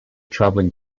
traveling